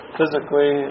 Physically